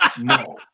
No